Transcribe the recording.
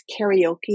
karaoke